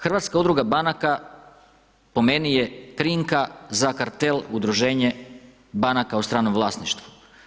Hrvatska udruga banaka po meni je krinka za kartel, udruženje banka u stranom vlasništvu.